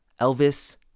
Elvis